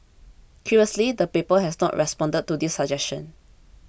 curiously the paper has not responded to this suggestion